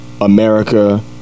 America